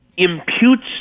imputes